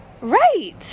Right